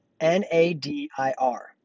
N-A-D-I-R